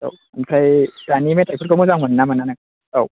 औ ओमफ्राय दानि मेथायफोरखौ मोजां मोनो ना मोना नों औ औ